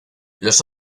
los